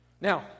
Now